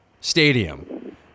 stadium